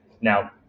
Now